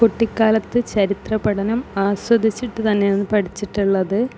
കുട്ടിക്കാലത്ത് ചരിത്ര പഠനം ആസ്വദിച്ചിട്ട് തന്നെയാന്ന് പഠിച്ചിട്ടുള്ളത്